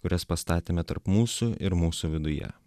kurias pastatėme tarp mūsų ir mūsų viduje